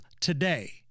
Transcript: today